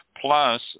Plus